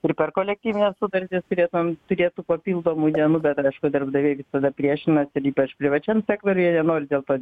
ir per kolektyvines sutartis turėtumėm turėti tų papildomų dienų bet aišku darbdaviai visada priešinasi ir ypač privačiam sektoriuje nenori dėl to